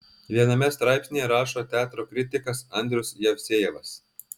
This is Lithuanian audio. viename straipsnyje rašo teatro kritikas andrius jevsejevas